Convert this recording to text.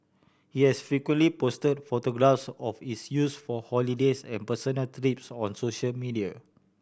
he has frequently posted photographs of its use for holidays and personal trips on social media